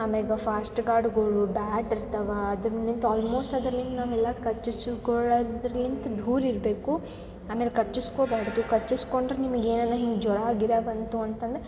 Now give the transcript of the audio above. ಆಮೇಗೆ ಫಾಸ್ಟ್ ಕಾರ್ಡ್ಗಳು ಬ್ಯಾಟ್ ಇರ್ತಾವೆ ಅದ್ರಲಿಂತ್ ಆಲ್ಮೊಸ್ಟ್ ಅದ್ರಲಿಂತ್ ನಾವೆಲ್ಲ ಕಚ್ಚಿಸ್ಕೊಳ್ಳೋದ್ರಿಂತ ದೂರ ಇರಬೇಕು ಆಮೇಲೆ ಕಚ್ಚಿಸ್ಕೊಬಾಡದು ಕಚ್ಚಸ್ಕೊಂಡ್ರೆ ನಿಮಗ್ ಏನೇನು ಹಿಂಗೆ ಜ್ವರ ಗಿರ ಬಂತು ಅಂತಂದ್ರೆ